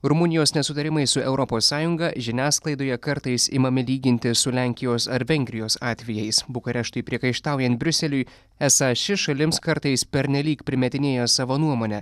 rumunijos nesutarimai su europos sąjunga žiniasklaidoje kartais imami lyginti su lenkijos ar vengrijos atvejais bukareštui priekaištaujant briuseliui esą ši šalims kartais pernelyg primetinėja savo nuomonę